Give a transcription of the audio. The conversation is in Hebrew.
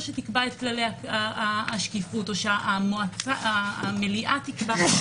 שתקבע את כללי השקיפות או שהמליאה תקבע.